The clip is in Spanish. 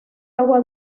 agua